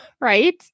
right